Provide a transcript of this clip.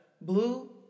Blue